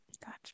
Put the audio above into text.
gotcha